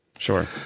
Sure